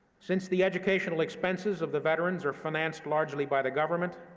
since the educational expenses of the veterans are financed largely by the government,